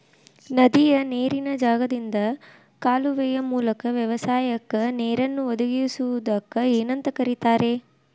ನದಿಯ ನೇರಿನ ಜಾಗದಿಂದ ಕಾಲುವೆಯ ಮೂಲಕ ವ್ಯವಸಾಯಕ್ಕ ನೇರನ್ನು ಒದಗಿಸುವುದಕ್ಕ ಏನಂತ ಕರಿತಾರೇ?